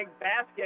basket